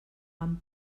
amb